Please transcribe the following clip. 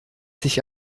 dich